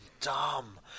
dumb